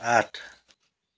आठ